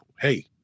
hey